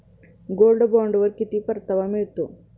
Gold बॉण्डवर किती परतावा मिळतो?